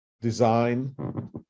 design